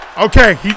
Okay